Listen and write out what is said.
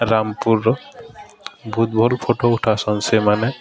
ରାମ୍ପୁର୍ର ବହୁତ୍ ଭଲ୍ ଫଟୋ ଉଠାସନ୍ ସେମାନେ